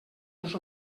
els